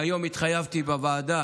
היום התחייבתי בוועדה